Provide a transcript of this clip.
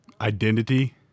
identity